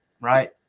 right